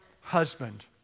husband